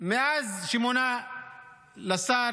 מאז שמונה לשר